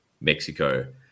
Mexico